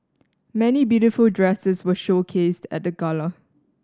many beautiful dresses were showcased at the gala